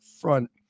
front